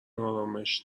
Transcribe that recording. آرامش